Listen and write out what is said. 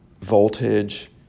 voltage